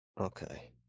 Okay